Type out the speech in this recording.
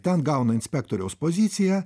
ten gauna inspektoriaus poziciją